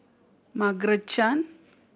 Margaret Chan